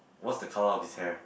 what's the colour of his hair